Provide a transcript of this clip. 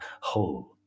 whole